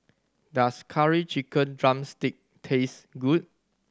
does Curry Chicken drumstick taste good